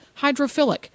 hydrophilic